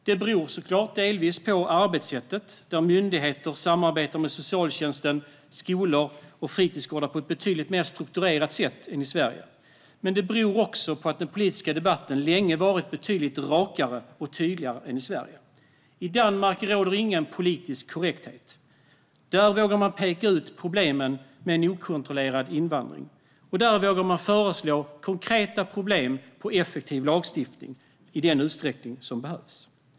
Det beror såklart delvis på arbetssättet där myndigheter samarbetar med socialtjänsten, skolor och fritidsgårdar på ett betydligt mer strukturerat sätt än i Sverige, men det beror också på att den politiska debatten länge har varit betydligt rakare och tydligare än i Sverige. I Danmark råder det ingen politisk korrekthet. Där vågar man peka ut problemen med en okontrollerad invandring. Där vågar man föreslå en konkret och effektiv lagstiftning i den utsträckning som det behövs.